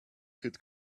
could